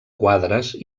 quadres